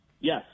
Yes